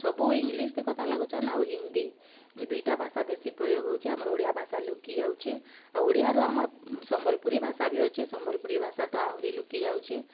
ସବୁ ଇଂଲିଶ୍ଥି କଥା ଲାଗୁଚନ୍ ଆଉ ହିନ୍ଦୀ ଇ ଦୁଇଟା ଭାଷା ବେଶୀ ପ୍ରୟୋଗ୍ ହଉଚେ ଆମର୍ ଓଡ଼ିଆ ଭାଷା ଲୁକି ଯାଉଛେ ଆଉ ଓଡ଼ିଆରୁ ଆମର୍ ସମ୍ବଲପୁରୀ ଭାଷା ବି ଅଛେ ସମ୍ବଲପୁରୀ ଭାଷା ତ ଆହୁରି ଲୁକି ଯାଉଛେ